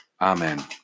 Amen